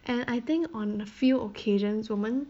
and I think on a few occasions 我们